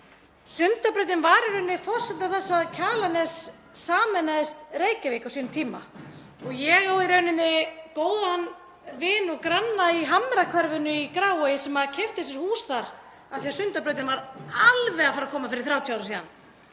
Sundabrautin var í rauninni forsenda þess að Kjalarnes sameinaðist Reykjavík á sínum tíma. Ég á góðan vin og granna í Hamrahverfinu í Grafarvogi sem keypti sér hús þar af því að Sundabrautin var alveg að fara að koma fyrir 30 árum síðan.